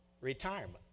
retirement